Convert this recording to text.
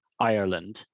Ireland